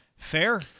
Fair